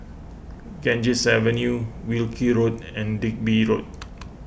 Ganges Avenue Wilkie Road and Digby Road